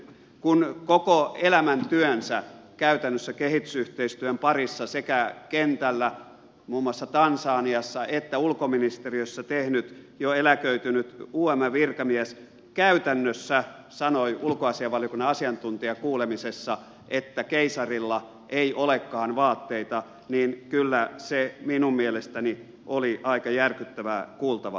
kun koko elämäntyönsä käytännössä kehitysyhteistyön parissa sekä kentällä muun muassa tansaniassa että ulkoministeriössä tehnyt jo eläköitynyt umn virkamies käytännössä sanoi ulkoasiainvaliokunnan asiantuntijakuulemisessa että keisarilla ei olekaan vaatteita niin kyllä se minun mielestäni oli aika järkyttävää kuultavaa